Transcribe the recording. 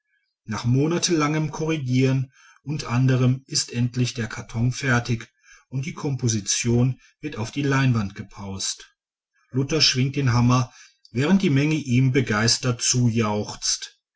nach monatelangem korrigieren und ändern ist endlich der karton fertig und die komposition wird auf die leinwand gepaust luther schwingt den hammer während die menge ihm begeistert